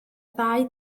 ddau